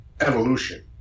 evolution